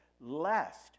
lest